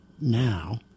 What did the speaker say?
now